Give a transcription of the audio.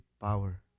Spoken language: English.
power